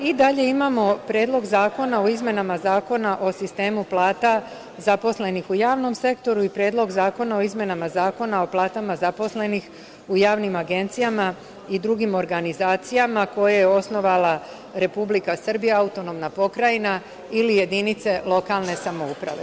Dalje, imamo Predlog zakona o izmenama Zakona o sistemu plata zaposlenih u javnom sektoru i Predlog zakona o izmenama zakona o platama zaposlenih u javnim agencijama i drugim organizacijama koje je osnovala Republika Srbija, AP ili jedinice lokalne samouprave.